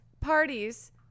parties